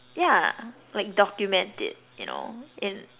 yeah like document it you know in